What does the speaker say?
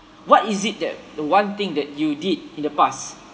what is it that the one thing that you did in the past